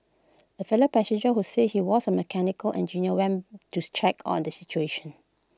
A fellow passenger who said he was A mechanical engineer went to check on the situation